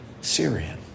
Syrian